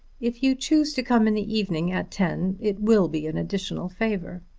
if you choose to come in the evening at ten it will be an additional favour.